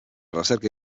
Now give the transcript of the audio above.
recerca